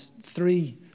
three